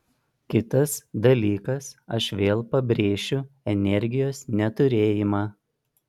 kitas dalykas aš vėl pabrėšiu energijos neturėjimą